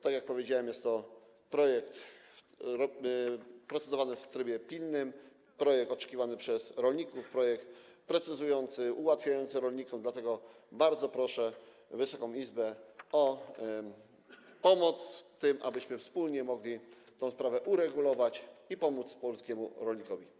Tak jak powiedziałem, jest to projekt procedowany w trybie pilnym, projekt oczekiwany przez rolników, projekt precyzujący, ułatwiający to rolnikom, dlatego bardzo proszę Wysoką Izbę o pomoc w tym, abyśmy wspólnie mogli tę sprawę uregulować i pomóc polskim rolnikom.